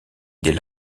des